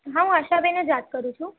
હા હું આશાબેન જ વાત કરું છું